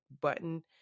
button